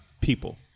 people